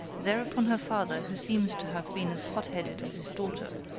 thereupon her father, who seems to have been as hot-headed as his daughter,